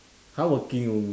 hardworking onl~